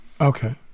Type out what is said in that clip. Okay